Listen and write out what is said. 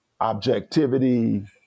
objectivity